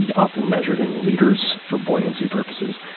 yeah often measured in liters for buoyancy purposes.